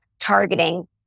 targeting